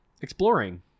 exploring